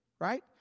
right